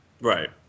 Right